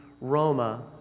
Roma